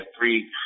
three